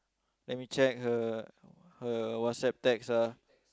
let me check her her WhatsApp text ah